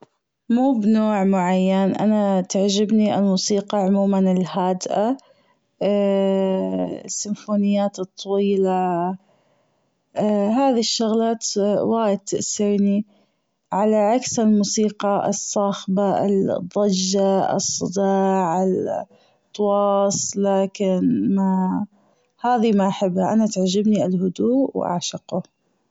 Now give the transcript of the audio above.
موبنوع معين أنا تعجبني الموسيقى عموما الهادئة السيمفونيات الطويلة هذي الشغلات وايد تأسرني على عكس الموسيقى الصاخبة الضجة الصداع لكن هذي ما حبها أنا بيعجبني الهدوء و أعشقه.